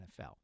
NFL